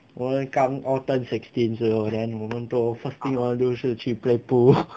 我们刚 all turn sixteen 时候 then 我们都 fucking all go 是去 play pool